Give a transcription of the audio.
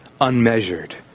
unmeasured